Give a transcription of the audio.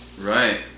Right